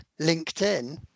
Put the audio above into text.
linkedin